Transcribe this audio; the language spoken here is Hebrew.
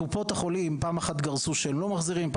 קופות החולים גרסו פעם אחת שהם לא מחזירים אני